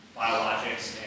biologics